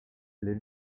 les